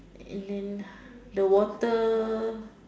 and then the water